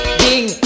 ding